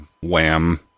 wham